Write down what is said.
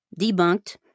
debunked